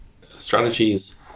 strategies